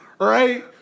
right